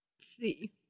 See